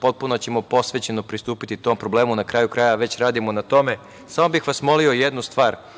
potpuno ćemo posvećeno pristupiti tom problemu, na kraju krajeva, već radimo na tome. Samo bih vas molio jednu stvar,